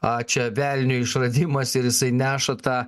a čia velnio išradimas ir jisai neša tą